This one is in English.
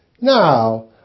Now